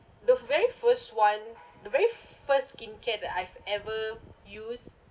the very first one the very first skincare that I've ever used